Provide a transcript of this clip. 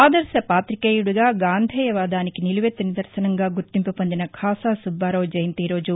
ఆదర్భపాతికేయుడిగా గాంధేయవాదానికి నిలువెత్తు నిదర్భసంగా గుర్తింపు పొందిన ఖాసా సుబ్బారావు జయంతి ఈరోజు